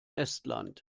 estland